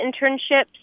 internships